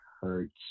hurts